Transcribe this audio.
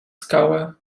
skałę